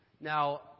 Now